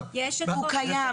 הוא קיים.